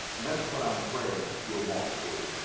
and that's what i'm praying you'll want to do.